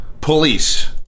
police